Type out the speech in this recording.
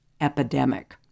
epidemic